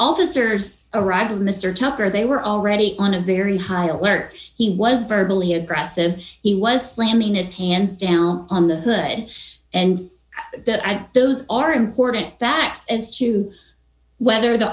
officers arrived and mister tucker they were already on a very high alert he was very really aggressive he was slamming his hands down on the hood and that those are important that as to whether the